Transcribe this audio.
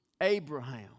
Abraham